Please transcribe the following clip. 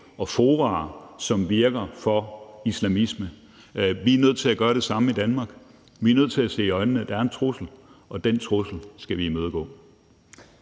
og fora, som virker for islamisme. Vi er nødt til at gøre det samme i Danmark, vi er nødt til at se i øjnene, at der er en trussel, og den trussel skal vi imødegå.